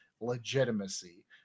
legitimacy